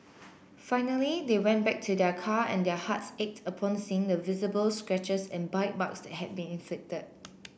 finally they went back to their car and their hearts ached upon seeing the visible scratches and bite marks that had been inflicted